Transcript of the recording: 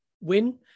win